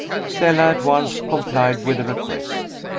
stella at once complied with the request.